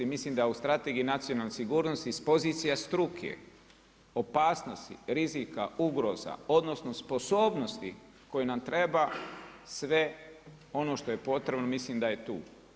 Mislim da u strategiji nacionalne sigurnosti iz pozicije struke, opasnosti, rizika, ugroza, odnosno sposobnosti koja nam treba, sve ono što je potrebno, mislim da je tu.